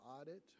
audit